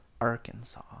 Arkansas